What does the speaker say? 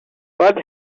what